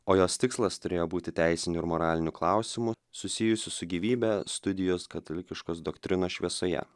o jos tikslas turėjo būti teisinių ir moralinių klausimų susijusių su gyvybe studijos katalikiškos doktrinos šviesoje